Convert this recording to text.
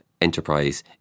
enterprise